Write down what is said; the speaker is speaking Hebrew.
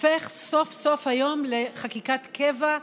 הופך סוף-סוף היום לחקיקת קבע,